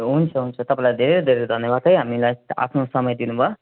हुन्छ हुन्छ तपाईँलाई धेरै धेरै धन्यवाद है हामीलाई आफ्नो समय दिनुभयो